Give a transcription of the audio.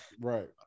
right